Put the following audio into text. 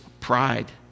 pride